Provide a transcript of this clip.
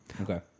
Okay